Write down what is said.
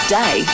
day